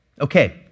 Okay